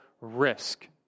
risk